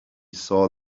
saw